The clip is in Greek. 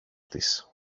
της